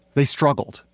they struggled.